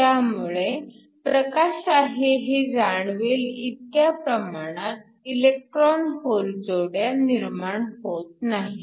त्यामुळे प्रकाश आहे हे जाणवेल इतक्या प्रमाणात इलेक्ट्रॉन होल जोड्या निर्माण होत नाहीत